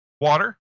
water